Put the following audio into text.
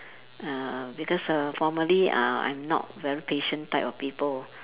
uh because uh formerly uh I'm not very patient type of people